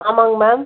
ஆமாங்க மேம்